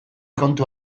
kontu